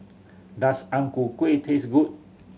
does Ang Ku Kueh taste good